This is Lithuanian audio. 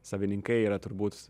savininkai yra turbūt